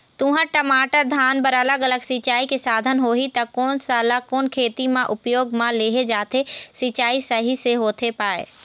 तुंहर, टमाटर, धान बर अलग अलग सिचाई के साधन होही ता कोन सा ला कोन खेती मा उपयोग मा लेहे जाथे, सिचाई सही से होथे पाए?